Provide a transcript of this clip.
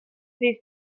these